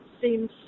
seems